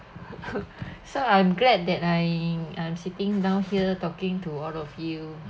so I'm glad that I am sitting down here talking to all of you